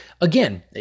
again